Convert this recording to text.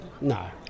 no